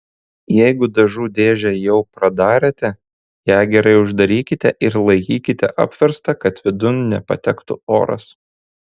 jeigu dažų dėžę jau pradarėte ją gerai uždarykite ir laikykite apverstą kad vidun nepatektų oras